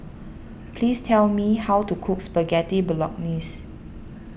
please tell me how to cook Spaghetti Bolognese